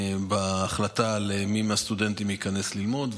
בהחלטה מי מהסטודנטים ייכנס ללמוד,